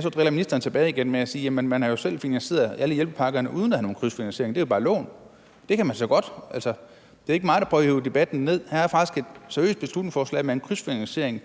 Så driller ministeren tilbage igen ved at sige, at vi selv har været med til at finansiere alle hjælpepakkerne uden at have nogen krydsfinansiering. Det er jo bare loven. Det kan man så godt. Det er ikke mig, der prøver at trække debatten ned. Her er faktisk et seriøst beslutningsforslag med en krydsfinansiering,